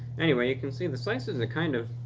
anyway, you can see the slice is and a kind of